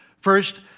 First